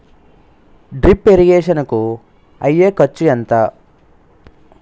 Drip irrigation కూ అయ్యే ఖర్చు ఎంత?